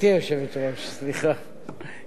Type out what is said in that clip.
זה כבר אצלנו רפלקס,